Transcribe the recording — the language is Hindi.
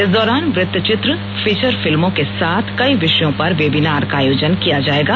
इस दौरान वृत चित्र फीचर फिल्मों के साथ कई विषयों पर वेबिनार का आयोजन किया जाएगा